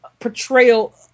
portrayal